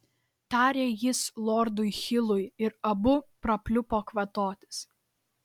tarė jis lordui hilui ir abu prapliupo kvatotis